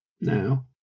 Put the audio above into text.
Now